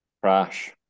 Crash